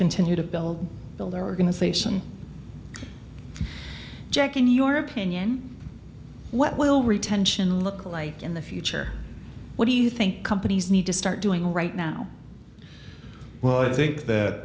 continue to build build their organization jack in your opinion what well retention look like in the future what do you think companies need to start doing right now well i think that